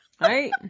right